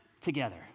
together